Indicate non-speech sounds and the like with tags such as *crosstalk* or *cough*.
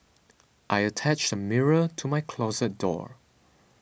*noise* I attached a mirror to my closet door